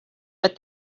but